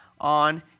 on